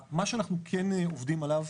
מה שאנחנו כן עובדים עליו